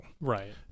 Right